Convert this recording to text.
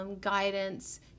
Guidance